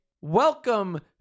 Welcome